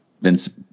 vince